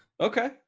Okay